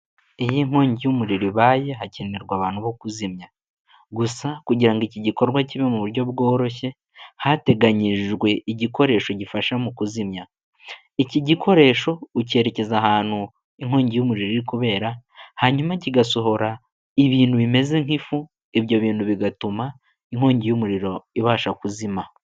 Iyi nkongi y'umuriro ibaye hakenerwa abantu bo kuzimya gusa kugira ngo iki gikorwa kibe mu buryo bworoshye hateganyijwe igikoresho gifasha mu kuzimya. Iki gikoresho ukerekeza ahantu inkongi y'umuriro iri kubera hanyuma kigasohora ibintu bimeze nk'ifu ibyo bintu bigatuma inkongi y'umuriro ibasha kuzima.